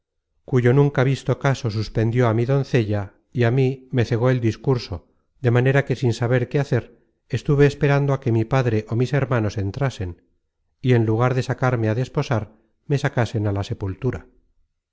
cuyo nunca visto caso suspendió á mi doncella y a mí me cegó el discurso de manera que sin saber qué hacer estuve esperando á que mi padre ó mis hermanos entrasen y en lugar de sacarme á desposar me sacasen á la sepultura